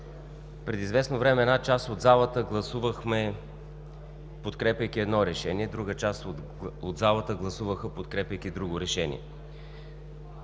преди известно време една част от залата гласувахме, подкрепяйки едно решение, друга част от залата гласуваха, подкрепяйки друго решение.